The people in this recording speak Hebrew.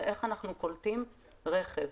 לאיך אנחנו קולטים רכב.